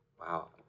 wow